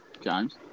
James